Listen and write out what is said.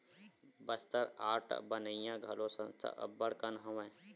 Bastar art बनइया घलो संस्था अब्बड़ कन हवय